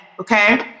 Okay